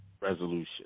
resolution